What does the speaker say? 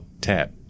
TAP